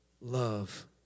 love